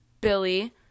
Billy